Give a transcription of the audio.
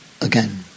again